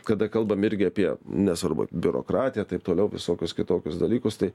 kada kalbam irgi apie nesvarbu biurokratiją taip toliau visokius kitokius dalykus tai